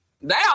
Now